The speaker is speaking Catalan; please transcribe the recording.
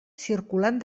circulant